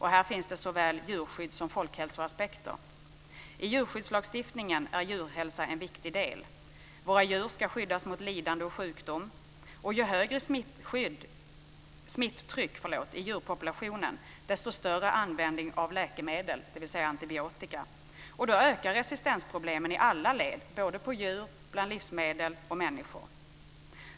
Här finns såväl djurskydds som folkhälsoaspekter. I djurskyddslagstiftningen är djurhälsa en viktig del. Våra djur ska skyddas mot lidande och sjukdom. Ju högre smittryck i djurpopulationen, desto större användning av läkemedel, dvs. antibiotika. Då ökar resistensproblemen i alla led, både på djur, bland livsmedel och bland människor.